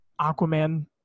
Aquaman